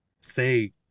say